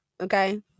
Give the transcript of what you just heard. okay